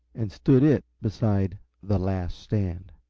and stood it beside the last stand.